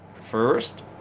first